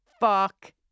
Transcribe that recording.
Fuck